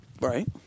Right